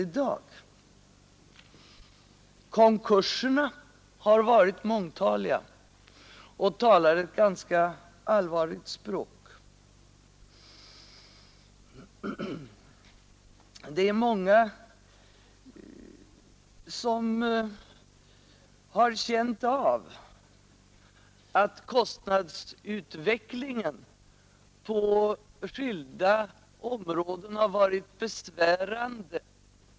Konkurserna har varit mångfaldiga, och det talar ett ganska allvarligt språk. Många företag har också känt av att kostnadsutvecklingen på skilda områden har varit besvärande.